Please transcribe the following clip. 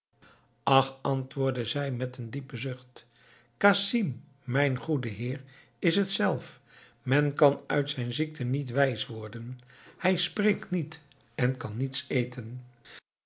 ach antwoordde zij met een diepen zucht casim mijn goede heer is t zelf men kan uit zijn ziekte niet wijs worden hij spreekt niet en kan niets eten